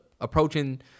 approaching